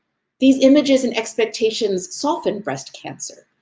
these images and expectations soften breast cancer.